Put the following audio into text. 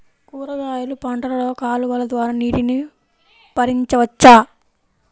కూరగాయలు పంటలలో కాలువలు ద్వారా నీటిని పరించవచ్చా?